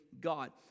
God